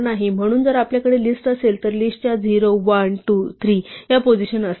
म्हणून जर आपल्याकडे लिस्ट असेल तर लिस्टच्या 0 1 2 3 या पोझिशन असतील